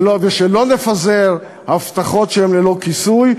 ושלא נפזר הבטחות שהן ללא כיסוי,